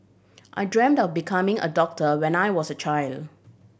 I dreamt of becoming a doctor when I was a child